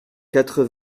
quatre